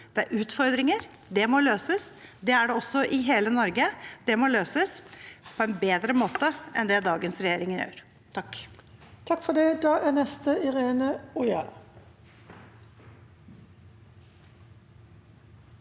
Det er utfordringer, og de må løses. Det er det i hele Norge, og de må løses på en bedre måte enn det dagens regjering gjør. Irene